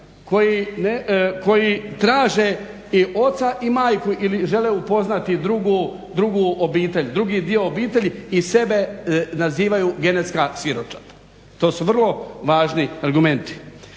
koji traže i oca i majku ili žele upoznati drugu obitelj, drugi dio obitelji i sebe nazivaju genetska siročad. To su vrlo važni argumenti.